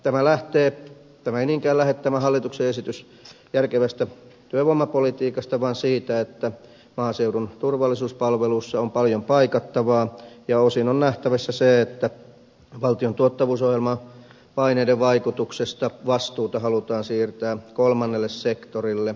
tämä hallituksen esitys ei niinkään lähde järkevästä työvoimapolitiikasta vaan siitä että maaseudun turvallisuuspalveluissa on paljon paikattavaa ja osin on nähtävissä se että valtion tuottavuusohjelman paineiden vaikutuksesta vastuuta halutaan siirtää kolmannelle sektorille